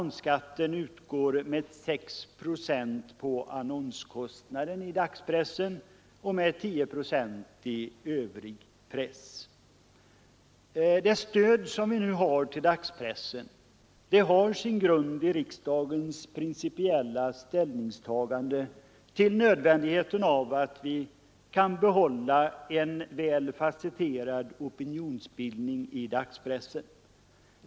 Det stöd vi nu har till dagspressen har sin grund i riksdagens principiella ställningstagande till nödvändigheten av att vi kan behålla en väl fasetterad opinionsbildning i dagspressen.